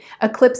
eclipse